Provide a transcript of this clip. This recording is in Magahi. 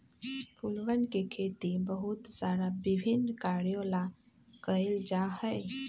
फूलवन के खेती बहुत सारा विभिन्न कार्यों ला कइल जा हई